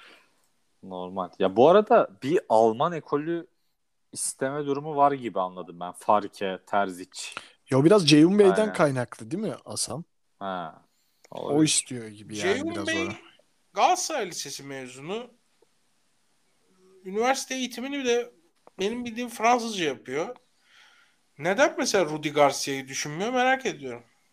Normal. Ya bu arada bir Alman ekolü isteme durumu var gibi anladım ben. Farke, Terzic. Yo, biraz Ceyhun Bey'den Aynen. kaynaklı değil mi Hasan? Ha, olabilir. O istiyor gibi yani Ceyhun biraz Bey, oraya. Galatasaray Lisesi mezunu. Üniversite eğitimini bir de benim bildiğim Fransızca yapıyor. Neden mesela Rudi Garcia'yı düşünmüyor merak ediyorum.